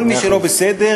כל מי שלא בסדר,